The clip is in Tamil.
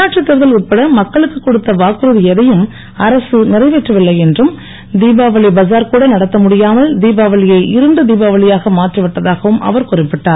உள்ளாட்சி தேர்தல் உட்பட மக்களுக்கு கொடுத்த வாக்குறுதி எதையும் அரசு நிறைவேற்றவில்லை என்றும் திபாவளி பஜார்கூட நடத்த முடியாமல் திபாவளியை இருண்ட திபாவளியாக மாற்றிவிட்டதாகவும் அவர் குறிப்பிட்டார்